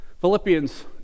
Philippians